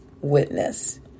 witness